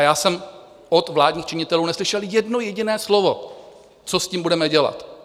Já jsem od vládních činitelů neslyšel jedno jediné slovo, co s tím budeme dělat.